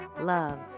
love